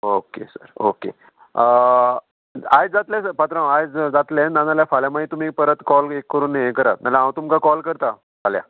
okay sir okay आयज जातलें sir पात्रांव आयज जातलें ना जाल्यार फाल्यां मागीर तुमी परत कॉल एक करून हें करात नाल्यार हांव तुमकां कॉल करता फाल्यां